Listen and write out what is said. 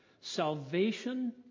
salvation